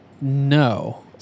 No